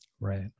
Right